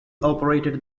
operated